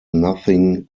nothing